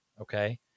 Okay